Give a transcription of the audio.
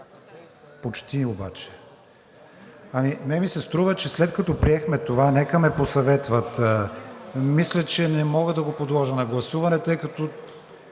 почти. Обаче на мен ми се струва, че след като приехме това, нека ме посъветват, мисля, че не мога да го подложа на гласуване, тъй като